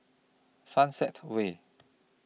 Sunset Way